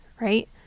right